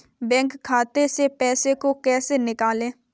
Bank खाते से पैसे को कैसे निकालें?